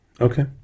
Okay